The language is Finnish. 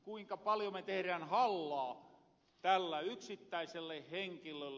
kuinka paljon me tehrään hallaa tälle yksittäiselle henkilölle